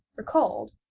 recalled,